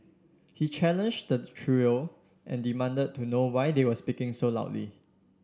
he challenged the trio and demanded to know why they were speaking so loudly